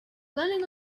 landing